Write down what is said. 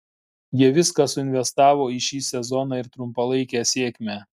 jie viską suinvestavo į šį sezoną ir trumpalaikę sėkmę